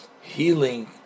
healing